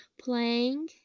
playing